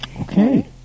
Okay